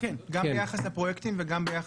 גם ביחס לפרויקטים וגם ביחס להיתרים.